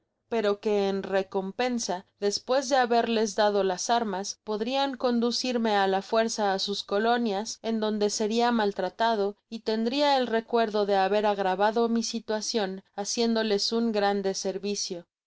pero que en recompensa despues de haberles dado las armas podrian conducirme á la fuerza á sus colonias en donde seria maltratado y tendria el recuerdo de haber agravado mi situacion haciéndoles un grande servicio me